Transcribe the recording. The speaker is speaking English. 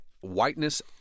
whiteness